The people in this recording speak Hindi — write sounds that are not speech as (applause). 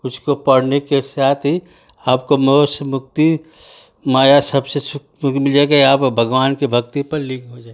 उसको पढ़ने के साथ ही आपको मोह से मुक्ति माया सबसे (unintelligible) मिल जा कर आप भगवान कि भक्ति पर लीन हो जाए